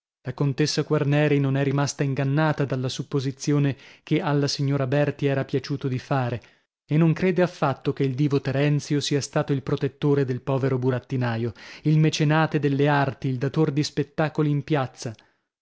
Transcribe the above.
la contessa quarneri non è rimasta ingannata dalla supposizione che alla signora berti era piaciuto di fare e non crede affatto che il divo terenzio sia stato il protettore del povero burattinaio il mecenate delle arti il dator di spettacoli in piazza